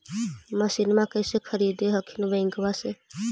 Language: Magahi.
मसिनमा कैसे खरीदे हखिन बैंकबा से?